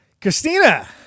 Christina